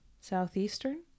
Southeastern